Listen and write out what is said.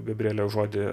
gabriele žodį